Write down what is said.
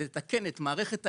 לתקן את מערכת האיתות,